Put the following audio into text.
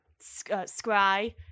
scry